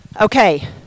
Okay